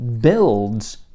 builds